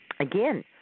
Again